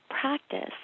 practice